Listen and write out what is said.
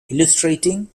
illustrating